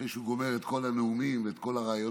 אחרי שהוא גומר את כל הנאומים ואת כל הרעיונות,